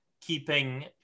keeping